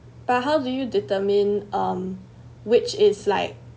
but how do you determine um which is like